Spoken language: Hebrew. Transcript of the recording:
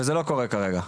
וזה לא קורה כרגע.